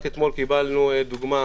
רק אתמול קיבלנו דוגמה.